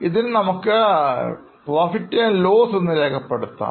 ഇതിനെ നമ്മൾക്ക് PL എന്ന രേഖപ്പെടുത്താം